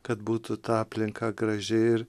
kad būtų ta aplinka graži ir